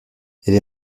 est